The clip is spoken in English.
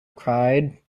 cried